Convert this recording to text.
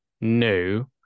new